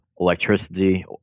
electricity